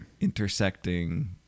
intersecting